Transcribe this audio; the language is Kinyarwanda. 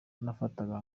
nafataga